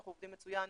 אנחנו עובדים מצוין.